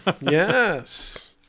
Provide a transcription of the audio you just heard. Yes